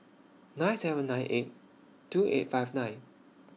nine seven nine eight two eight five nine